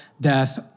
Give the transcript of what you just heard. death